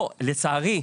לצערי,